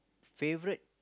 favourite